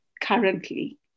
currently